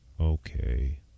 Okay